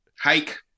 Hike